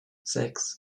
sechs